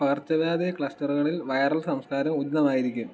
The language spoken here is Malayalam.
പകർച്ചവ്യാധി ക്ലസ്റ്ററുകളിൽ വൈറൽ സംസ്കാരം ഉചിതമായിരിക്കും